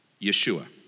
Yeshua